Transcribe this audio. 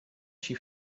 she